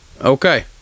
Okay